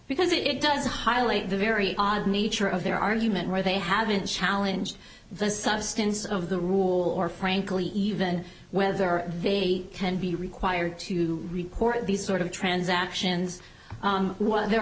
because it does highlight the very odd nature of their argument where they haven't challenge the substance of the rule or frankly even whether they can be required to report these sort of transactions what they're